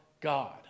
God